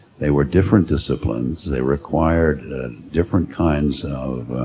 they were different disciplines, they required different kinds of